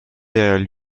derrière